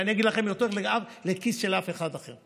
ואני אגיד לכם יותר מזה: גם לא לכיס של אף אחד אחר,